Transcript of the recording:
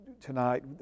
tonight